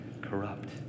corrupt